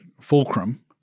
fulcrum